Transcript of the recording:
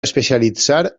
especialitzar